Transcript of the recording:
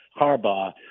Harbaugh